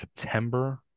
September